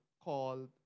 called